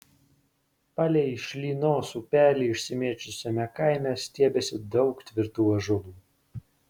palei šlynos upelį išsimėčiusiame kaime stiebėsi daug tvirtų ąžuolų